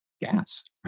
gas